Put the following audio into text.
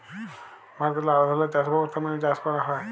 ভারতে লালা ধরলের চাষ ব্যবস্থা মেলে চাষ ক্যরা হ্যয়